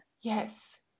yes